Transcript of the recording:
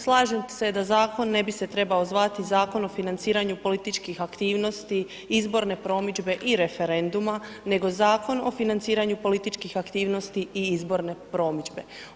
Slažem se da zakon ne bi se trebao zvati Zakon o financiranju političkih aktivnosti, izborne promidžbe i referenduma, nego Zakon o financiranju političkih aktivnosti i izborne promidžbe.